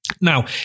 Now